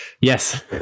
yes